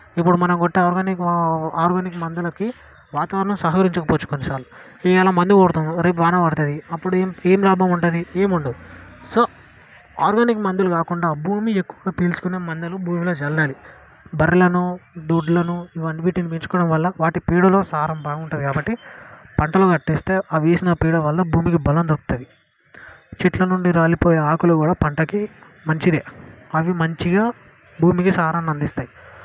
ఇప్పుడు మనం కొట్టే ఆర్గానిక్ ఆర్గానిక్ మందులకి వాతావరణం సహకరించకపోవచ్చు కొన్నిసార్లు ఈవేళ మందు కొడతాము రేపు వాన పడుతుంది అప్పుడు ఏం లాభం ఉంటుంది ఏం ఉండదు సో ఆర్గానిక్ మందులు కాకుండా భూమి ఎక్కువగా పీల్చుకునే మందులు భూమిలో చల్లాలి బర్రెలను దూడలను వీటిని పెంచుకోవడం వల్ల వాటి పేడలో సారం బాగుంటుంది కాబట్టి పంటలు కట్టేస్తే ఆవి వేసిన పేడ వల్ల భూమికి బలం దక్కుతుంది చెట్ల నుండి రాలిపోయే ఆకులు కూడా పంటకి మంచిది అవి మంచిగా భూమికి సారాన్ని అందిస్తాయి